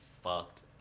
fucked